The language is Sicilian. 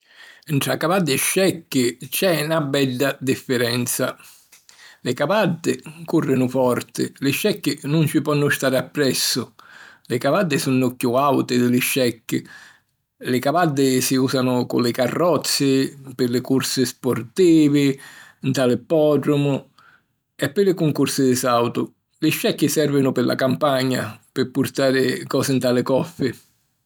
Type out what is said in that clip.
Ntra cavaddi e scecchi c'è na bedda differenza! Li cavaddi cùrrinu forti, li scecchi nun ci ponnu stari appressu. Li cavaddi sunnu chiù àuti di li scecchi. Li cavaddi si ùsanu cu li carrozzi, pi li cursi spurtivi nta l'ippòdromu, e pi li cuncursi di sàutu. Li scecchi sèrvinu pi la campagna, pi purtari cosi nta li coffi.